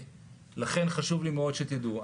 ולכן חשוב לי מאוד שתדעו.